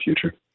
future